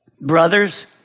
Brothers